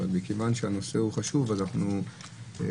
אבל מכיוון שהנושא חשוב אנחנו ננמק.